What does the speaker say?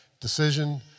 decision